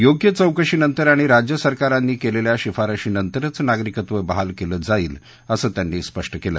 योग्य चौकशीनंतर आणि राज्यसरकारांनी केलेल्या शिफारशीनंतरच नागरिकत्व बहाल केलं जाईल असं त्यांनी स्पष्ट केलं